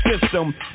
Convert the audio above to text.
system